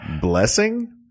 blessing